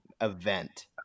event